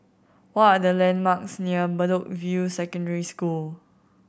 what are the landmarks near Bedok View Secondary School